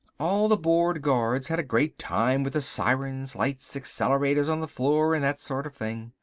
all the bored guards had a great time with the sirens, lights, accelerators on the floor and that sort of thing.